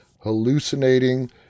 hallucinating